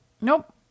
Nope